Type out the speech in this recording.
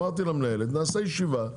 אמרתי למנהלת שנעשה ישיבה,